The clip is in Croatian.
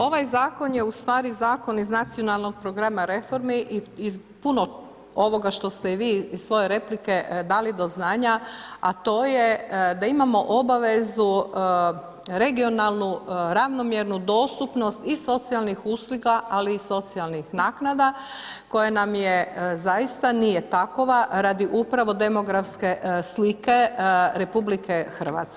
Ovaj zakon je ustvari zakon iz nacionalnog programa reformi i puno ovoga što ste i vi iz svoje replike dali do znanja, a to je da imamo obavezu regionalnu, ravnomjernu, dostupnost i socijalnih usluga, ali i socijalnih naknada, koje nam je zaista nije takva, radi upravo demografske slike RH.